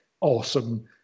awesome